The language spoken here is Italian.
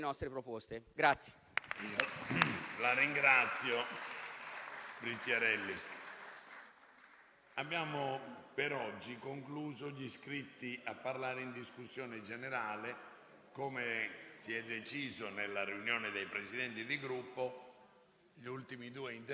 Da allora sono passati più di due anni e il procedimento amministrativo non si è ancora concluso. Il 15 luglio 2020, però, il Consiglio dei ministri ha emanato un comunicato in cui ha affermato il raggiungimento di un'intesa transattiva. In particolare,